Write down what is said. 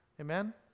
Amen